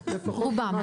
רובם.